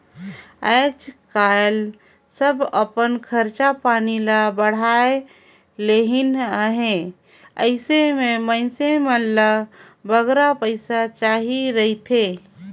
आएज काएल सब अपन खरचा पानी ल बढ़ाए लेहिन अहें अइसे में मइनसे मन ल बगरा पइसा चाहिए रहथे